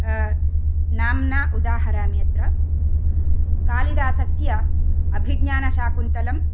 नाम्ना उदाहरामि अत्र कालिदासस्य अभिज्ञानशाकुन्तलम्